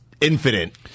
infinite